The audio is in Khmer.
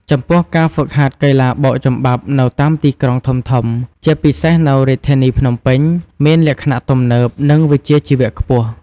ចំពោះការហ្វឹកហាត់កីឡាបោកចំបាប់នៅតាមទីក្រុងធំៗ ជាពិសេសនៅរាជធានីភ្នំពេញ មានលក្ខណៈ ទំនើប និងវិជ្ជាជីវៈខ្ពស់។